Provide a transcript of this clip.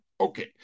Okay